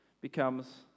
becomes